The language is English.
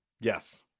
Yes